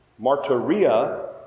martyria